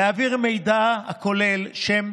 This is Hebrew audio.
להעביר מידע הכולל שם,